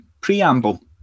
preamble